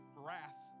wrath